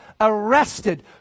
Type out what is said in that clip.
arrested